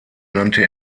nannte